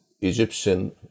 Egyptian